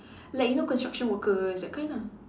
like you know construction workers that kind ah